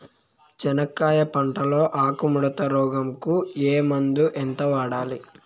చెనక్కాయ పంట లో ఆకు ముడత రోగం కు ఏ మందు ఎంత వాడాలి?